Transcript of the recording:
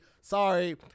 sorry